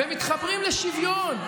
ומתחברים לשוויון,